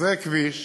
זה כביש